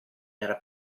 era